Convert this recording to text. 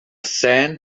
sand